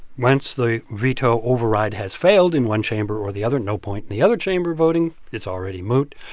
once the veto override has failed in one chamber or the other, no point in the other chamber voting. it's already moot.